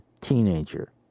teenager